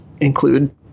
include